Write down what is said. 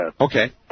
Okay